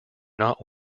not